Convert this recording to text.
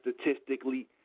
statistically